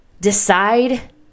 decide